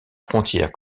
frontières